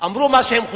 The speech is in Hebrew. אמרו מה שהם חושבים,